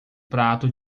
prato